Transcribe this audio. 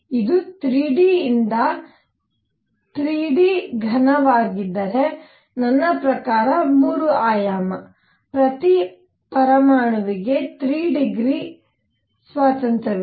ಆದ್ದರಿಂದ ಇದು 3D ಯಿಂದ 3D ಘನವಾಗಿದ್ದರೆ ನನ್ನ ಪ್ರಕಾರ 3 ಆಯಾಮ ಪ್ರತಿ ಪರಮಾಣುವಿಗೆ 3 ಡಿಗ್ರಿ ಸ್ವಾತಂತ್ರ್ಯವಿದೆ